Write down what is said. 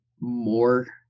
more